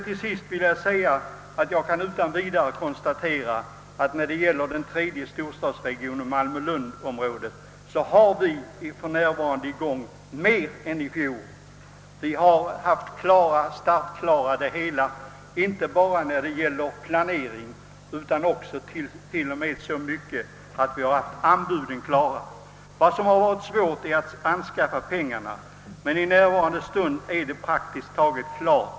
Till sist vill jag framhålla att i den tredje storstadsregionen, Malmö-Lundområdet, har vi för närvarande större igångsättning än i fjol. Vi har varit startklara inte bara i fråga om planeringen, utan till och med beträffande anbuden. Det har varit svårt att anskaffa pengar, men i närvarande stund är det ordnat praktiskt taget överallt.